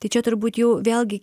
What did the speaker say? tai čia turbūt jau vėlgi